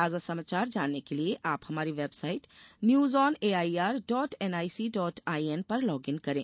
ताजा समाचार जानने के लिए आप हमारी website news on A I R dot N I C dot I N पर लॉग इन करें